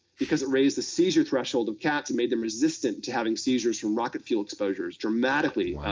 because it raised the seizure threshold of cats and made them resistant to having seizures from rocket fuel exposures dramatically.